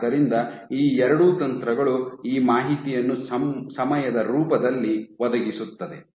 ಆದ್ದರಿಂದ ಈ ಎರಡೂ ತಂತ್ರಗಳು ಈ ಮಾಹಿತಿಯನ್ನು ಸಮಯದ ರೂಪದಲ್ಲಿ ಒದಗಿಸುತ್ತದೆ